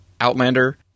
Outlander